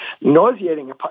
nauseating